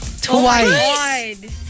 twice